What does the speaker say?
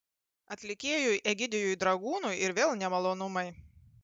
atlikėjui egidijui dragūnui ir vėl nemalonumai